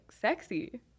sexy